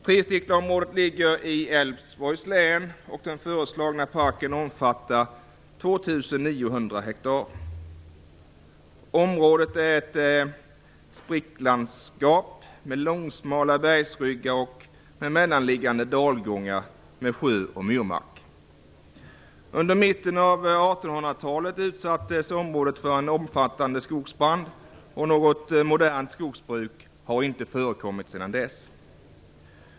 Tresticklaområdet ligger i Älvsborgs län, och den föreslagna parken omfattar 2 900 hektar. Området är ett spricklandskap med långsmala bergsryggar med mellanliggande dalgångar med sjöar och myrmark. Under mitten av 1800-talet utsattes området för en omfattande skogsbrand, och något modernt skogsbruk har inte förekommit sedan dess.